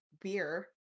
beer